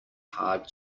hard